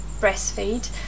breastfeed